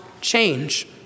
change